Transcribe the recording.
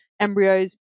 embryos